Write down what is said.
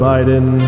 Biden